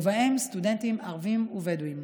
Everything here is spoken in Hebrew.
ובהם סטודנטים ערבים ובדואים.